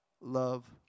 love